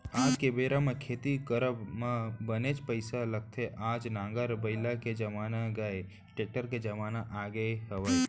आज के बेरा म खेती करब म बनेच पइसा लगथे आज नांगर बइला के जमाना गय टेक्टर के जमाना आगे हवय